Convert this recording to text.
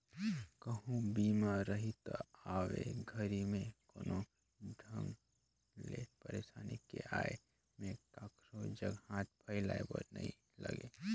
कहूँ बीमा रही त अवइया घरी मे कोनो ढंग ले परसानी के आये में काखरो जघा हाथ फइलाये बर नइ लागे